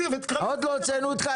ותקרא אותי --- עוד לא הוצאתי אותך,